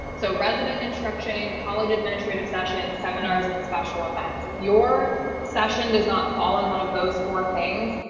so resident instruction college administrative session seminars and special events. if your session does not fall in one of those four things,